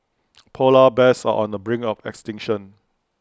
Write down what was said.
Polar Bears are on the brink of extinction